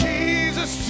Jesus